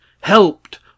helped